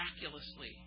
miraculously